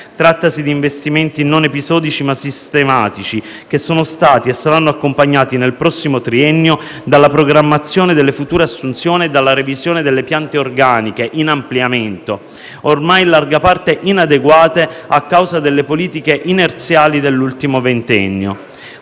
Trattasi di investimenti non episodici, ma sistematici, che sono stati e saranno accompagnati nel prossimo triennio dalla programmazione delle future assunzioni e dalla revisione delle piante organiche in ampliamento, ormai in larga parte inadeguate a causa delle politiche inerziali dell'ultimo ventennio.